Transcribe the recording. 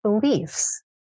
beliefs